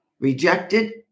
rejected